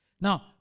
Now